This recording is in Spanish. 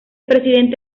presidente